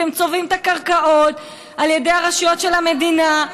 אתם צובעים את הקרקעות על ידי הרשויות של המדינה.